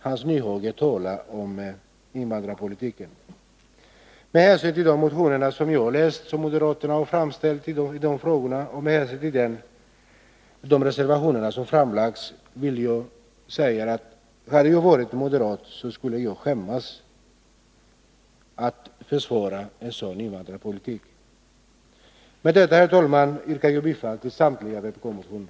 Hans Nyhage talade om invandrarpolitiken. De motioner som har väckts av moderaterna i dessa frågor och de reservationer som har avgivits av moderaterna ger mig anledning att säga att hade jag varit moderat skulle jag skämmas för att försvara en sådan invandrarpolitik. Herr talman! Med detta yrkar jag bifall till samtliga vpk-motioner.